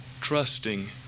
trusting